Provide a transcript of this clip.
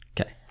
Okay